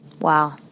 Wow